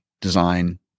design